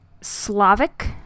Slavic